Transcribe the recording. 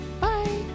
bye